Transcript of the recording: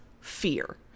fear